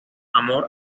amor